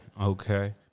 okay